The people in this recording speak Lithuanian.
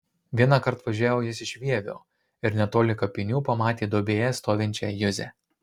vienąkart važiavo jis iš vievio ir netoli kapinių pamatė duobėje stovinčią juzę